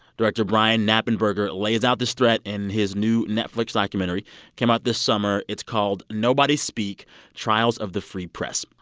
director brian knappenberger lays out this threat in his new netflix documentary. it came out this summer. it's called nobody speak trials of the free press.